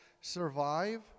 survive